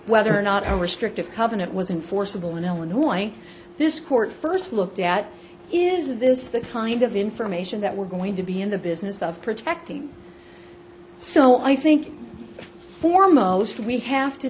whether or not our strict of covenant was in forcible in illinois this court first looked at is this the kind of information that we're going to be in the business of protecting so i think foremost we have to